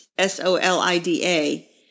S-O-L-I-D-A